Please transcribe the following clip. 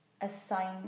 assign